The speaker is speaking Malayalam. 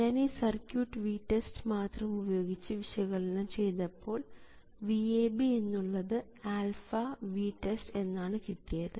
ഞാൻ ഈ സർക്യൂട്ട് VTEST മാത്രമുപയോഗിച്ച് വിശകലനം ചെയ്തപ്പോൾ VAB എന്നുള്ളത് α×VTEST എന്നാണ് കിട്ടിയത്